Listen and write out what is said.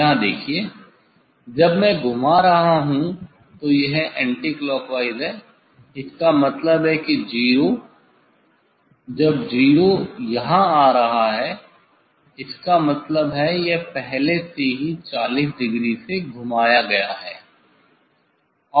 यहाँ देखो जब मैं घुमा रहा हूँ तो यह एंटिक्लॉकवाइज़ है इसका मतलब है कि 0 जब 0 यहाँ आ रहा है इसका मतलब है यह पहले से ही 40 डिग्री से घुमाया गया है